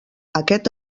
aquest